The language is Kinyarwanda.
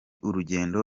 urugendo